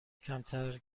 کمتر